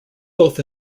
both